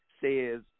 says